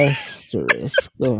Asterisk